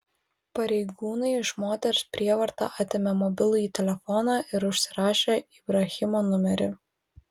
pareigūnai iš moters prievarta atėmė mobilųjį telefoną ir užsirašė ibrahimo numerį